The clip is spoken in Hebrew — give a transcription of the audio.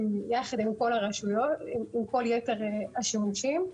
הן יחד עם כל יתר השימושים.